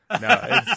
No